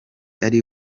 ari